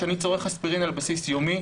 אני רוצה להצביע על שתי בעיות